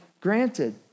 granted